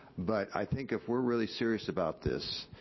but i think if we're really serious about this,